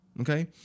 Okay